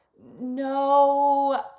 no